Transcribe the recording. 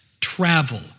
travel